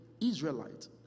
Israelite